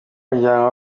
ajyanwa